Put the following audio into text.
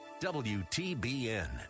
WTBN